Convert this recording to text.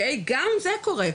גם זה קורה.